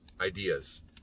ideas